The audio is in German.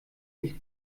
nicht